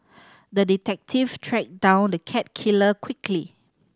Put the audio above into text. the detective tracked down the cat killer quickly